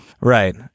Right